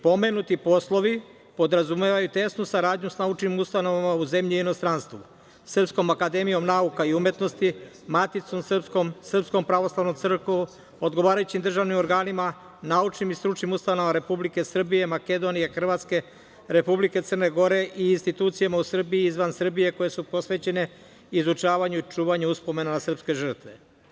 Pomenuti poslovi podrazumevaju tesnu saradnju sa naučnim ustanovama u zemlji i inostranstvu, Srpskom akademijom nauka i umetnosti, Maticom srpskom, Srpskom pravoslavnom crkvom, odgovarajućim državnim organima, naučnim i stručnim ustanovama Republike Srbije, Makedonije, Hrvatske, Republike Crne Gore i institucijama u Srbiji i izvan Srbije koje su posvećene izučavanju i čuvanju uspomena na srpske žrtve.